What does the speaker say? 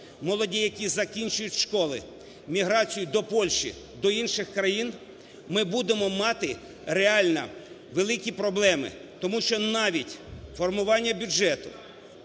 молоді, які закінчують школи, міграцію до Польщі, до інших країн, ми будемо мати реально великі проблеми, тому що навіть формування бюджету,